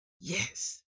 Yes